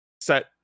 set